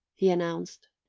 he announced,